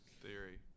Theory